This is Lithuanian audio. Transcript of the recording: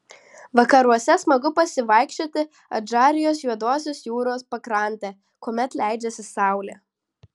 vakaruose smagu pasivaikščioti adžarijos juodosios jūros pakrante kuomet leidžiasi saulė